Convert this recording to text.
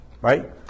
Right